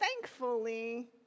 thankfully